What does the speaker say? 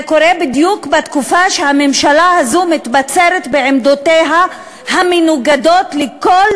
זה קורה בדיוק בתקופה שהממשלה הזאת מתבצרת בעמדותיה המנוגדות לכל